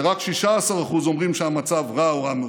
ורק 16% אומרים שהמצב רע או רע מאוד.